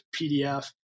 PDF